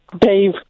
Dave